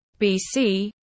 BC